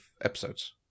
episodes